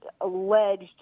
alleged